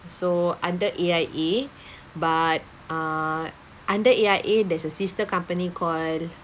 so under A_I_A but uh under A_I_A there's a sister company called